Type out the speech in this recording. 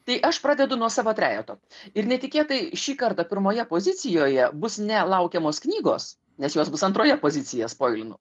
tai aš pradedu nuo savo trejeto ir netikėtai šį kartą pirmoje pozicijoje bus ne laukiamos knygos nes jos bus antroje pozicija spoilinu